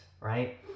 Right